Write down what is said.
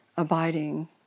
Abiding